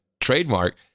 trademark